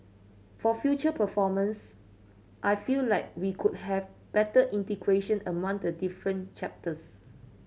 for future performance I feel like we could have better integration among the different chapters